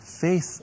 faith